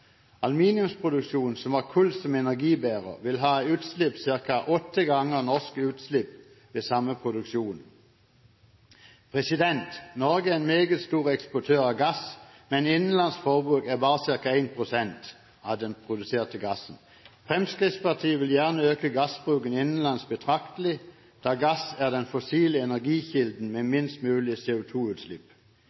Aluminiumsproduksjon som har kull som energibærer, vil ha utslipp ca. åtte ganger norske utslipp ved samme produksjon. Norge er en meget stor eksportør av gass, men innenlandsk forbruk er bare ca. 1 pst. av den produserte gassen. Fremskrittspartiet vil gjerne øke gassbruken innenlands betraktelig, da gass er den fossile energikilden med minst mulig